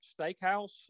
steakhouse